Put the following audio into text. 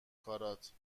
کارات